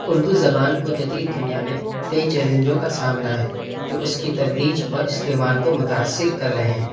اردو زبان کو جدید دنیا میں کئی چیلنجوں کا سامنا ہے جو اس کی ترویج اور استعمال کو متاثر کر رہے ہیں